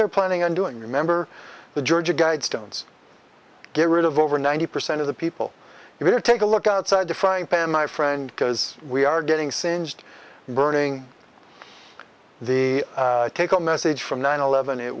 they're planning on doing remember the georgia guidestones get rid of over ninety percent of the people here take a look outside the frying pan my friend because we are getting singed burning the take home message from nine eleven it